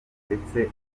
ndetse